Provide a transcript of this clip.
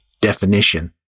definition